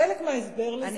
חלק מההסבר לזה,